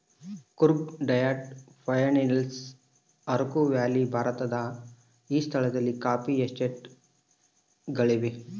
Coorg Wayanad Palani Hills Araku valley ಭಾರತದ ಈ ಸ್ಥಳಗಳಲ್ಲಿ ಕಾಫಿ ಎಸ್ಟೇಟ್ ಗಳಿವೆ